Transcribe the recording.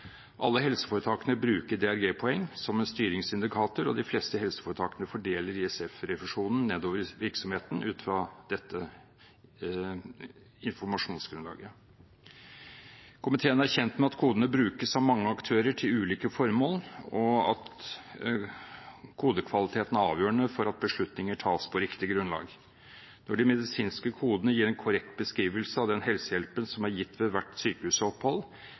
Alle helseforetakene bruker DRG-poeng som en styringsindikator, og de fleste helseforetakene fordeler ISF-refusjonen nedover i virksomheten ut fra dette informasjonsgrunnlaget. Komiteen er kjent med at kodene brukes av mange aktører til ulike formål, og at kodekvaliteten er avgjørende for at beslutninger tas på riktig grunnlag. Når de medisinske kodene gir en korrekt beskrivelse av den helsehjelpen som er gitt ved hvert